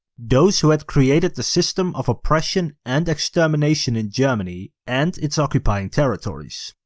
those who had created the system of oppression and extermination in germany and its occupying territories,